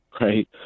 right